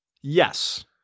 Yes